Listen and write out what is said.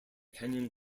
canyon